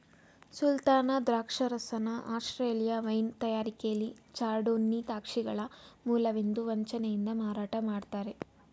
ಸುಲ್ತಾನ ದ್ರಾಕ್ಷರಸನ Australia wine ತಯಾರಿಕೆಲಿ chardonnay ದ್ರಾಕ್ಷಿಗಳ ಮೂಲವೆಂದು ವಂಚನೆಯಿಂದ ಮಾರಾಟ ಮಾಡ್ತರೆ